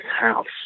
house